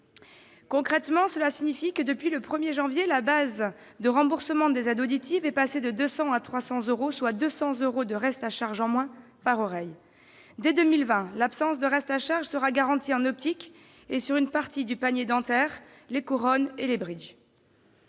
Concrètement, depuis le 1 janvier, la base de remboursement des aides auditives est passée de 200 à 300 euros, soit 200 euros de reste à charge en moins par oreille. Dès 2020, l'absence de reste à charge sera garantie en optique et sur une partie du panier dentaire : les couronnes et les bridges.